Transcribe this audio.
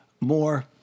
more